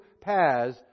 paths